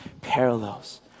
parallels